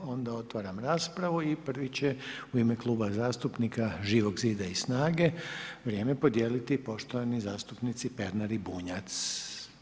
Onda otvaram raspravu i prvi će u ime Kluba zastupnika Živog zida i SNAGA-e vrijeme podijeliti poštovani zastupnici Pernar i Bunjac.